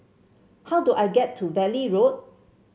how do I get to Valley Road